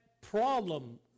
problem